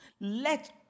let